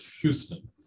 Houston